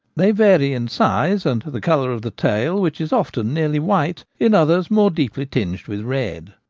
they vary in size and the colour of the tail, which is often nearly white, in others more deeply tinged with red.